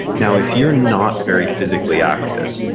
now, if you're not very physically active,